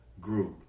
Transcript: group